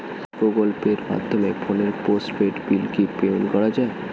Google পের মাধ্যমে ফোনের পোষ্টপেইড বিল কি পেমেন্ট করা যায়?